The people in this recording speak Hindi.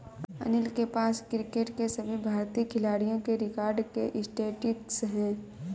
अनिल के पास क्रिकेट के सभी भारतीय खिलाडियों के रिकॉर्ड के स्टेटिस्टिक्स है